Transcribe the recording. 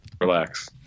Relax